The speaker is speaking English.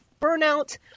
burnout